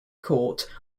court